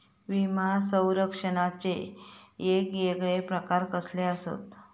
विमा सौरक्षणाचे येगयेगळे प्रकार कसले आसत?